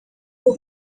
rwo